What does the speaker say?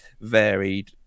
varied